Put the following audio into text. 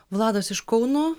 vladas iš kauno